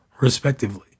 respectively